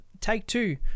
Take-Two